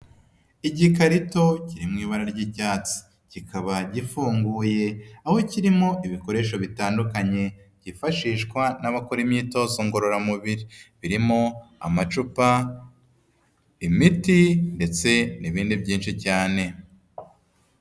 Igikarito kiri mu ibara ry'ibyatsi kikaba gifunguye aho kirimo ibikoresho bitandukanye byifashishwa n'abakora imyitozo ngororamubiri, birimo amacupa, imiti ndetse n'ibindi byinshi cyane.